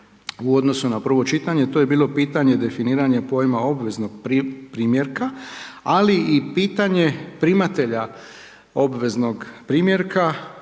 u odnosu na prvo čitanje, a to je bilo pitanje definirana pojma obveznog primjerka, ali i pitanje primatelja obveznog primjerka,